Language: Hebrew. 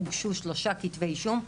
הוגשו שלושה כתבי אישום,